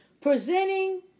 Presenting